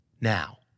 now